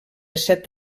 set